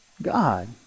God